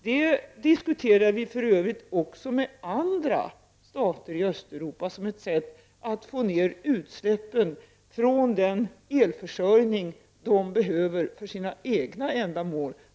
Detta diskuterar vi för övrigt även med andra stater i Östeuropa för att vi skall minska utsläppen från den elförsörjning dessa länder behöver för sina egna ändamål.